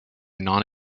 non